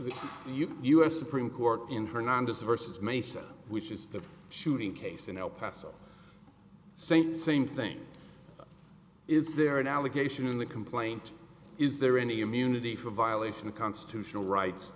of you u s supreme court in hernandez versus mesa which is the shooting case in el paso same same thing is there an allegation in the complaint is there any immunity for violation of constitutional rights